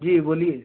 जी बोलिए